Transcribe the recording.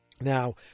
Now